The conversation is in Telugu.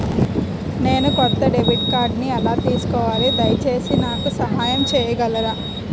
నేను కొత్త డెబిట్ కార్డ్ని ఎలా తీసుకోవాలి, దయచేసి నాకు సహాయం చేయగలరా?